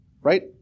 right